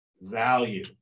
value